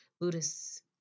Buddhists